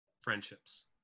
friendships